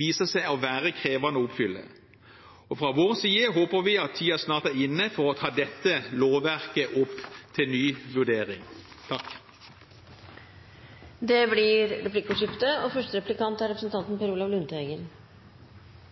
viser seg å være krevende å oppfylle, og fra vår side håper vi at tiden snart er inne for å ta dette lovverket opp til ny vurdering. Det blir replikkordskifte. Som jeg sa i min innledning, er det rimelig enighet om at helseforetaksloven er en fleksibel lov, og